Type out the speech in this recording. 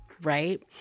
right